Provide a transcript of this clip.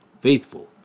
faithful